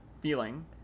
feeling